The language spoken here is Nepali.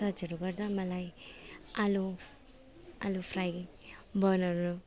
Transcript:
सर्चहरू गर्दा मलाई आलु आलु फ्राई बनाउनु